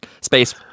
space